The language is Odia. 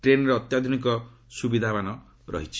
ଟ୍ରେନ୍ରେ ଅତ୍ୟାଧୁନିକ ସୁବିଧାମାନ ରହିଛି